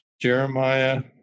Jeremiah